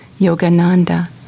Yogananda